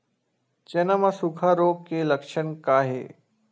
चना म सुखा रोग के लक्षण का हे?